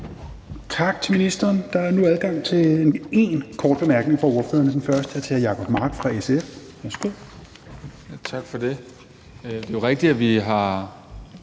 Tak til ministeren. Der er nu adgang til én kort bemærkning fra ordførerne. Den første er til hr. Jacob Mark fra SF. Værsgo. Kl. 10:13 Jacob Mark (SF): Tak for det. Det er jo rigtigt, at vi har